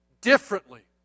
differently